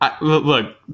Look